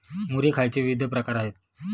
मुरी खायचे विविध प्रकार आहेत